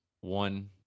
One